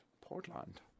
Portland